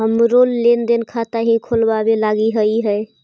हमरो लेन देन खाता हीं खोलबाबे लागी हई है